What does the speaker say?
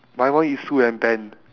my one is sue and ben